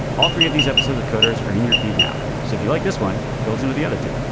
all three of these episodes of coders are in your feed now. so if you like this one goes into the other two